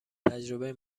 تجربه